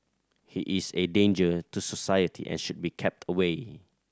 he is a danger to society and should be kept away